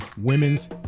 Women's